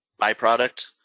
byproduct